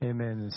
Amen